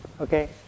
Okay